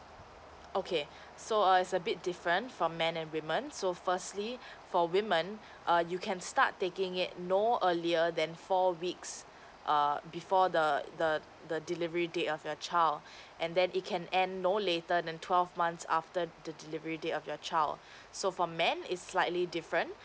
okay so err it's a bit different from men and women so firstly for women err you can start taking it no earlier than four weeks err before the the the delivery date of your child and then it can end no later than twelve months after the delivery date of your child so for men is slightly different